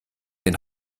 den